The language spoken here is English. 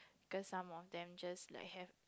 cause some of them just like have